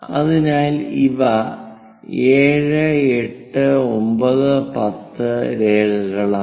അതിനാൽ ഇവ 7 8 9 10 രേഖകളാണ്